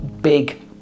big